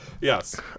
yes